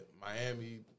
Miami